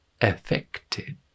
affected